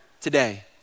today